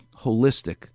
holistic